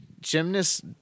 Gymnasts